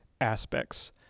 aspects